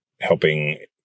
helping